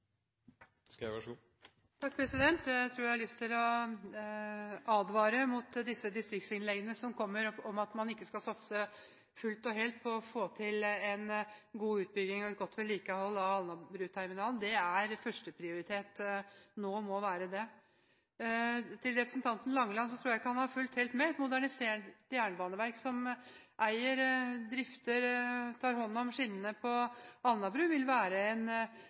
utenfor Oslo. Så svaret er: trinnvis utbygging av Alnabruterminalen, elektrifisering av Røros- og Solørbanen og bygging av godsterminal på Kongsvinger. Jeg tror jeg har lyst til å advare mot disse distriktsinnleggene som kommer om at man ikke skal satse fullt og helt på å få til en god utbygging og et godt vedlikehold av Alnabruterminalen. Det er første prioritet nå – det må være det. Til representanten Langeland: Jeg tror ikke han har fulgt helt med. Et modernisert jernbaneverk som eier, drifter og tar hånd om